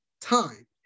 time